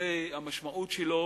שהמשמעות שלו